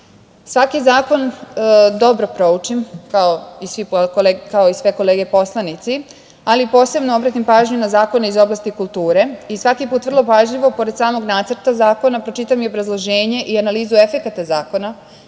zakon dobro proučim, kao i sve kolege poslanici, ali posebno obratim pažnju na zakone iz oblasti kulture i svaki put vrlo pažljivo, pored samog nacrta zakona, pročitam i obrazloženje i analizu efekata zakona.